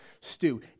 stew